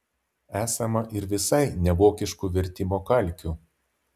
esama ir visai nevokiškų vertimo kalkių